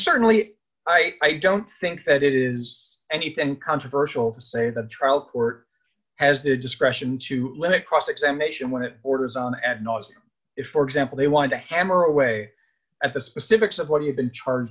certainly i don't think that it is anything controversial to say the trial court has the discretion to limit cross examination when it borders on ad nauseum if for example they want to hammer away at the specifics of what you've been charged